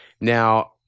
Now